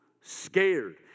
scared